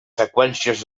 seqüències